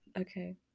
Okay